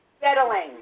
settling